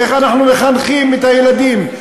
איך אנחנו מחנכים את הילדים,